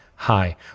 Hi